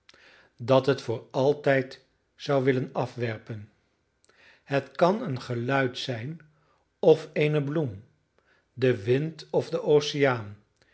dat het voor altijd zou willen afwerpen het kan een geluid zijn of eene bloem de wind of de oceaan